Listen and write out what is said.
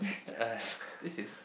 this is